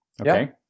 Okay